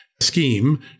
scheme